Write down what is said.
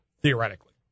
theoretically